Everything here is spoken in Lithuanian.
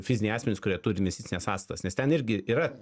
fiziniai asmenys kurie turi investicines sąskaitas nes ten irgi yra